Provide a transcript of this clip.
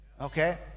okay